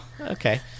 Okay